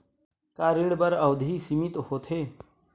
का ऋण बर अवधि सीमित होथे?